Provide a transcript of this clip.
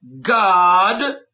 God